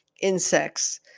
insects